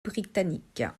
britannique